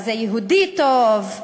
מה זה יהודי טוב.